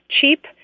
cheap